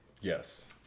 Yes